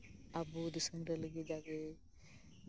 ᱟᱵᱚ ᱫᱤᱥᱚᱢᱨᱮ ᱞᱟᱹᱜᱤᱫ ᱟᱵᱚ